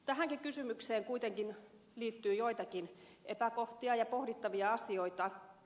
tähänkin kysymykseen kuitenkin liittyy joitakin epäkohtia ja pohdittavia asioita